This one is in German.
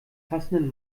passenden